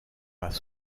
pas